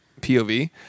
POV